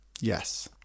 Yes